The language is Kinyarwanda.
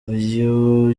uyu